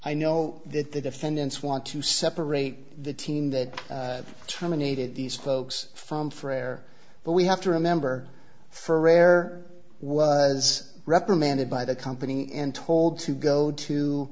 i know that the defendants want to separate the team that terminated these folks from for air but we have to remember for rare was reprimanded by the company and told to go to